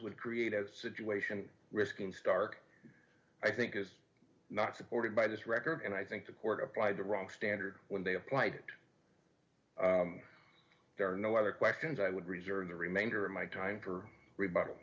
would create a situation risking stark i think is not supported by this record and i think the court applied the wrong standard when they applied there are no other questions i would reserve the remainder of my time for rebuttal